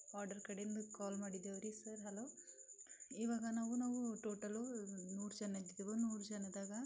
order ಕಡೆಯಿಂದ call ಮಾಡಿದ್ದೇವೆರಿ sir hello ಇವಾಗ ನಾವು ನಾವು ಟೋಟಲು ನೂರು ಜನ ಇದ್ದಿದ್ದೇವೆ ನೂರು ಜನರಾಗೆ